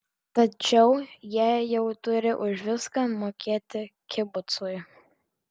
tačiau jie jau turi už viską mokėti kibucui